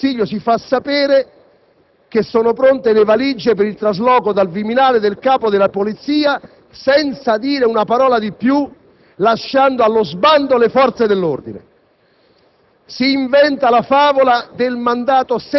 la risposta all'interrogazione da parte del Presidente del Consiglio) - che sono pronte le valigie per il trasloco dal Viminale del Capo della Polizia, senza dire una parola di più, lasciando allo sbando le forze dell'ordine.